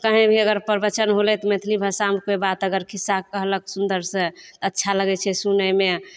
कहैं भी अगर परबचन होलै तऽ मैथिली भाषामे केओ बात अगर खिस्सा कहलक सुन्दरसँ अच्छा लगैत छै सुनैमे